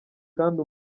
kandi